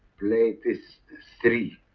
play these three